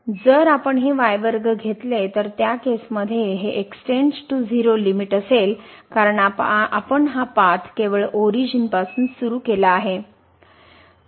जर आपण हे घेतले तर त्या केस मध्ये हे लिमिट असेल कारण आपण हा पाथ केवळ ओरिजिन पासून सुरु होईल